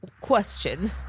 question